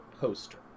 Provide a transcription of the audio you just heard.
poster